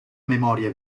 memoria